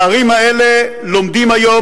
בערים אלה לומדים היום,